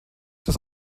das